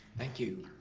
thank you.